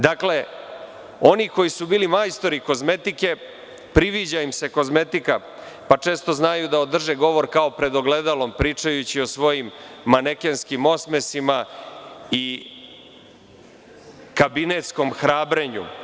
Dakle, oni koji su bili majstori kozmetike priviđa im se kozmetika, pa često znaju da održe govor kao pred ogledalom, pričajući o svojim manekenskim osmesima i kabinetskom hrabrenju.